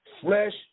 flesh